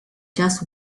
just